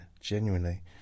genuinely